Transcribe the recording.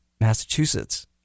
Massachusetts